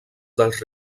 dels